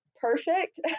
perfect